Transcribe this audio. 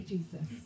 Jesus